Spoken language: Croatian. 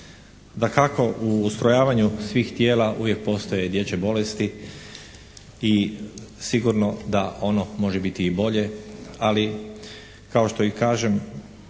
Dakako u ustrojavanju svih tijela uvijek postoje dječje bolesti i sigurno da ono može biti i bolje, ali kao što i kažem